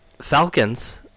Falcons